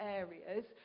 areas